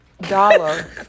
Dollar